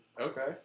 okay